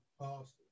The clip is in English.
past